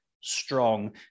strong